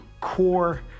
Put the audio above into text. core